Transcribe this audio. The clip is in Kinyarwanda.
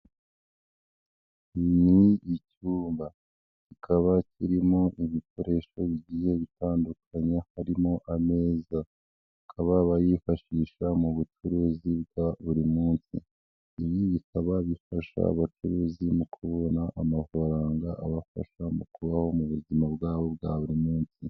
Ni icyumba kikaba kirimo ibikoresho bigiye bitandukanye harimo ameza, bakaba bafashisha mu bucuruzi bwa buri munsi. Ibi bikaba bifasha abacuruzi mu kubona amafaranga abafasha mu kubaho mu buzima bwabo bwa buri munsi.